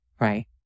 Right